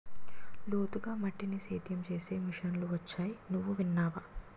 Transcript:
లోతుగా మట్టిని సేద్యం చేసే మిషన్లు వొచ్చాయి నువ్వు విన్నావా?